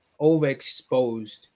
overexposed